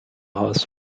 haus